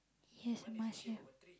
yes my sheep